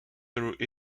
through